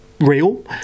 real